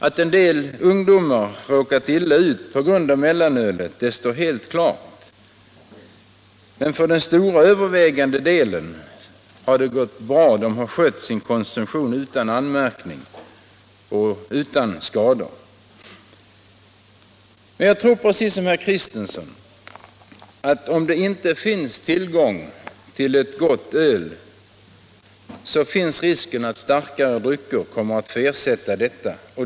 Att en del ungdomar råkat illa ut på grund av mellanölet står helt klart, men för den alldeles övervägande delen har det gått bra. De har skött sin konsumtion utan anmärkning och utan skador. Jag tror precis som herr Kristenson att om det inte finns tillgång till ett gott öl så är det risk för att starkare drycker kommer att få ersätta detta.